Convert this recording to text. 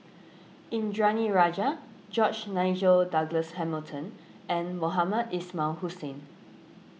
Indranee Rajah George Nigel Douglas Hamilton and Mohamed Ismail Hussain